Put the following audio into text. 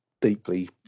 deeply